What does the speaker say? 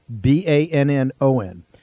B-A-N-N-O-N